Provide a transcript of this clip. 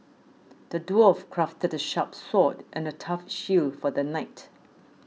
the dwarf crafted a sharp sword and a tough shield for the knight